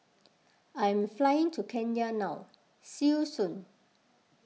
I am flying to Kenya now see you soon